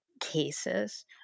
cases